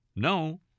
No